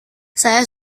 saya